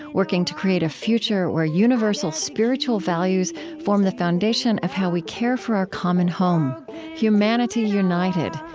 working to create a future where universal spiritual values form the foundation of how we care for our common home humanity united,